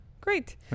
Great